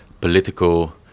political